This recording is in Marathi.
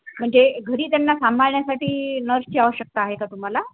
म्हणजे घरी त्यांना सांभाळण्यासाठी नर्सची आवश्यकता आहे का तुम्हाला